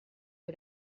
que